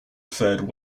fared